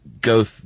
go